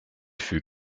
fut